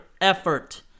effort